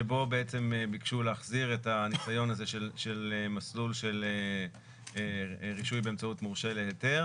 שבו ביקשו להחזיר את הניסיון הזה של מסלול של רישוי באמצעות מורשה להיתר